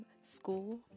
school